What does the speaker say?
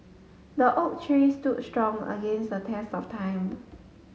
the oak tree stood strong against the test of time